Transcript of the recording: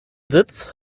sitz